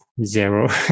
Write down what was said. zero